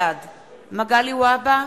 בעד מגלי והבה,